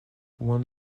one